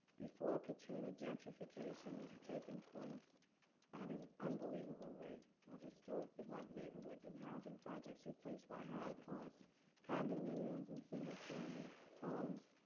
before katrina, gentrification was taking place at an unbelievable rate of historically black neighborhoods and housing projects replaced by high cost condominiums and single family homes.